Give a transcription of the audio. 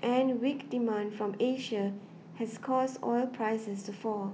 and weak demand from Asia has caused oil prices to fall